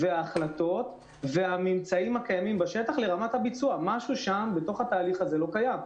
ההחלטות והממצאים הקיימים בשטח לרמת הביצוע משהו בתהליך הזה לא קיים.